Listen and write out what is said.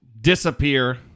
disappear